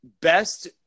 Best